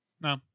No